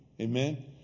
Amen